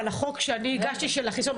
אבל החוק שאני הגשתי של החיסיון,